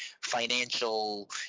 financial